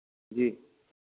जी